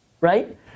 right